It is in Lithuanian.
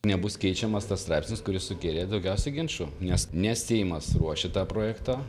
nebus keičiamas tas straipsnis kuris sukėlė daugiausiai ginčų nes ne seimas ruošė tą projektą